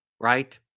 right